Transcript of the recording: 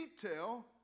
detail